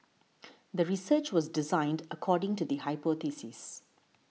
the research was designed according to the hypothesis